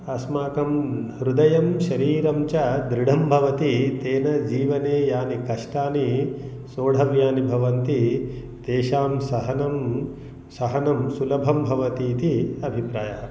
अस्माकं हृदयं शरीरञ्च दृढं भवति तेन जीवने यानि कष्टानि सोढव्यानि भवन्ति तेषां सहनं सहनं सुलभं भवतीति अभिप्रायः